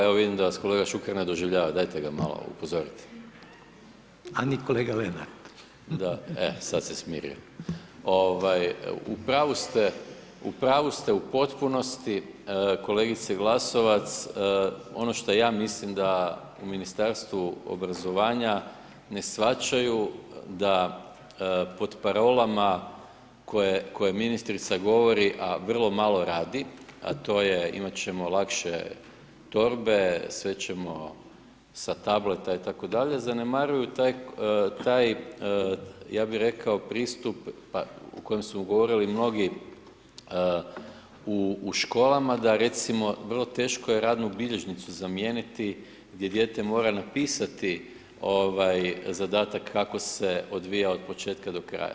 Evo vidim da vas kolega Šuker ne doživljava, dajte ga malo upozorite [[Upadica: A ni kolega Lenart.]] da, evo sad se smirio, u pravi ste u potpunosti, kolegice Glasovac, ono što ja mislim da u Ministarstvu obrazovanja ne shvaćaju da pod parolama koje ministrica govori, a vrlo malo radi, a to je, imat ćemo lakše torbe, sve ćemo sa tableta itd., zanemaruju taj ja bih rekao pristup u kojem smo govorili mnogi u školama da, recimo, vrlo teško je radnu bilježnicu zamijeniti gdje dijete mora napisati zadatak kako se odvijao od početka do kraja.